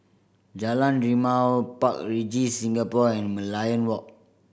Jalan Rimau Park Regis Singapore and Merlion Walk